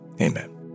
Amen